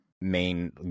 main